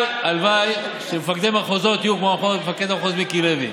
הלוואי שמפקדי מחוזות יהיו כמו מפקד המחוז מיקי לוי.